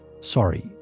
sorry